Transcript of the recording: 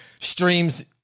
streams